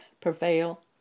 prevail